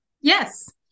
Yes